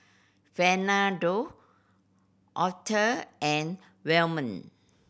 Fernando Author and Wyman